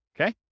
okay